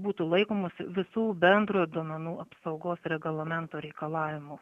būtų laikomos visų bendrojo duomenų apsaugos reglamento reikalavimų